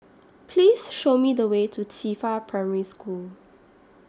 Please Show Me The Way to Qifa Primary School